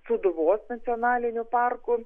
sūduvos nacionaliniu parku